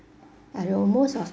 I know most of